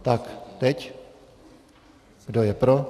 Tak teď, kdo je pro?